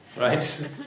Right